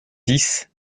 dix